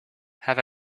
have